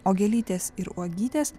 o gėlytės ir uogytės